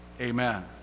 amen